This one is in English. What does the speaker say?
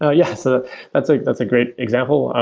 ah yes, ah that's ah that's a great example.